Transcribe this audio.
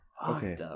Okay